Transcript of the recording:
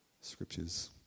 scriptures